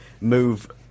move